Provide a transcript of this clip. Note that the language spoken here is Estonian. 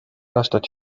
aastat